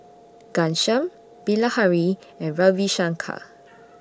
Ghanshyam Bilahari and Ravi Shankar